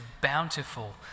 bountiful